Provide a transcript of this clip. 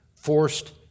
forced